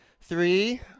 Three